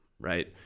right